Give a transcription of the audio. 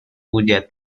cuya